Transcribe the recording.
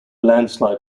landslide